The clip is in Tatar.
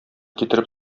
китереп